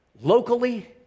locally